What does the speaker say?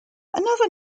another